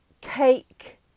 cake